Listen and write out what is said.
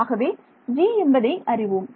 ஆகவே g என்பதை அறிவோம்